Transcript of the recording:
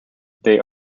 they